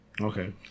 Okay